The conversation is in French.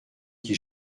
qui